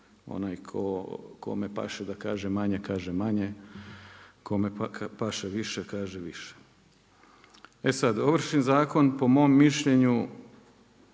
onaj kome paše da kaže manje, kaže manje. Kome paše više, kaže više. E sad, ovršni zakon, po mom mišljenju,